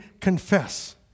confess